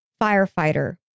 firefighter